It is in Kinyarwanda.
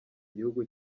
gihugu